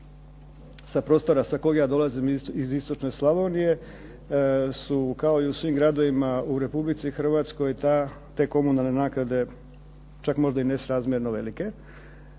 sa prostora sa kojeg ja dolazim iz istočne Slavonije su kao i u svim gradovima u Republici Hrvatskoj te komunalne naknade čak možda nesrazmjerno velike,